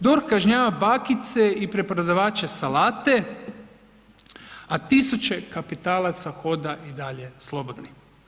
DORH kažnjava bakice i preprodavače salate, a tisuće kapitalaca hoda i dalje slobodni.